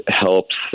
helps